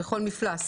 בכל מפלס.